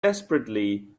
desperately